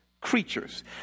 creatures